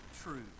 true